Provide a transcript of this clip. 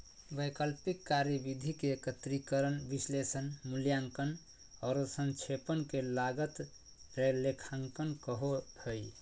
वैकल्पिक कार्यविधि के एकत्रीकरण, विश्लेषण, मूल्यांकन औरो संक्षेपण के लागत लेखांकन कहो हइ